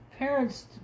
Parents